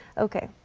okay.